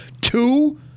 Two